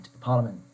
Parliament